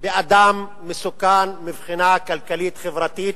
באדם מסוכן מבחינה כלכלית-חברתית,